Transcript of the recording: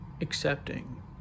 accepting